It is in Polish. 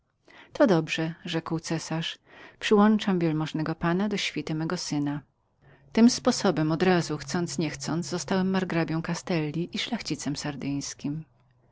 to dobrze rzekł cesarz przyłączam wpana do świty mego syna tym sposobem od razu chcąc nie chcąc zostałem margrabią castelli i szlachcicem